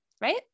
Right